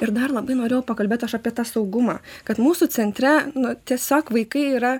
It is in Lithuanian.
ir dar labai norėjau pakalbėt aš apie tą saugumą kad mūsų centre nu tiesiog vaikai yra